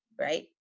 right